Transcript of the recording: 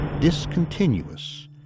discontinuous